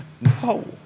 no